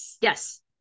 yes